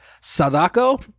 Sadako